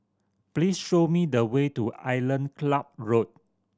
please show me the way to Island Club Road